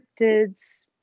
cryptids